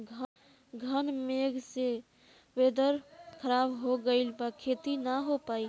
घन मेघ से वेदर ख़राब हो गइल बा खेती न हो पाई